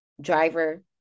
driver